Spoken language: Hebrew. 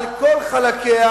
על כל חלקיה,